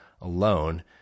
alone